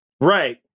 Right